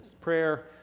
prayer